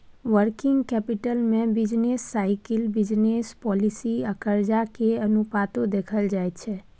working capital में business cycle, business policy आ कर्जा के अनुपातो देखल जाइ छइ